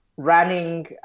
Running